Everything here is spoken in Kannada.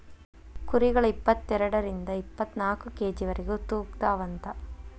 ಕುರಿಗಳ ಇಪ್ಪತೆರಡರಿಂದ ಇಪ್ಪತ್ತನಾಕ ಕೆ.ಜಿ ವರೆಗು ತೂಗತಾವಂತ